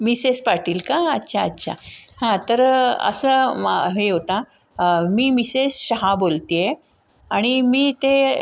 Mrs Patil का अच्छा अच्छा हां तर असं हे होता मी मिसेस शहा बोलते आहे आणि मी ते